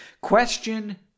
Question